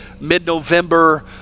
mid-November